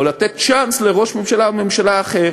או לתת צ'אנס, לראש ממשלה אחר או לממשלה אחרת.